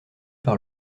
par